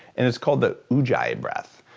and it's called the ujjayi breath.